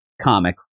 Comic